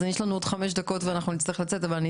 אז יש לנו עוד חמש דקות ואנחנו נשמח לשמוע,